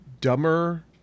Dumber